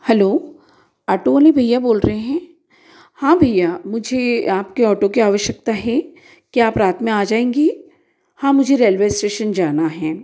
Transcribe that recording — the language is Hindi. हलो आटो वाले भैया बोल रहे हैं हाँ भैया मुझे आपके ऑटो की आवश्यकता हे क्या आप रात में आ जाएंगे हाँ मुझे रेलवे इस्टेशन जाना है